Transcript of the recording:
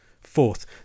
Fourth